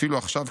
אפילו עכשיו,